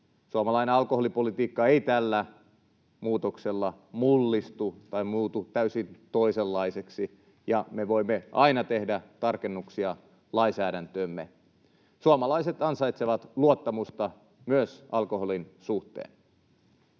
Suomalainen alkoholipolitiikka ei tällä muutoksella mullistu tai muutu täysin toisenlaiseksi, ja me voimme aina tehdä tarkennuksia lainsäädäntöömme. Suomalaiset ansaitsevat luottamusta myös alkoholin suhteen.